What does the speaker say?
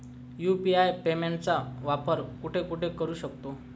UPI पेमेंटचा वापर कुठे कुठे करू शकतो?